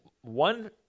one